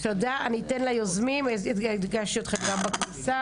תודה, אני אתן ליוזמים, הדגשתי אתכם גם בקבוצה.